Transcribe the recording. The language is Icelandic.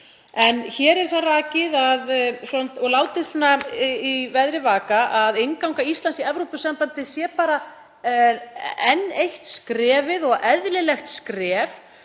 Hér er það rakið og látið í veðri vaka að innganga Íslands í Evrópusambandið sé bara enn eitt skrefið og eðlilegt skref